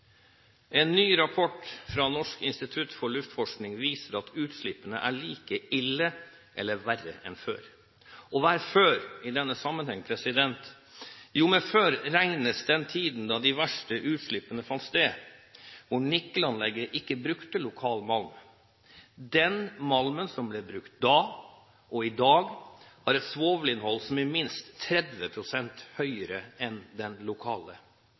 En ny rapport fra Norsk institutt for luftforskning viser at utslippene er like ille eller verre enn før. Og hva er «før» i denne sammenhengen? Jo, med «før» menes den tiden da de verste utslippene fant sted og nikkelanlegget ikke brukte lokal malm. Den malmen som ble brukt da, og i dag, har et svovelinnhold som er minst 30 pst. høyere enn den lokale,